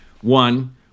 One